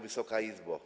Wysoka Izbo!